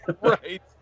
Right